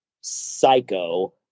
psycho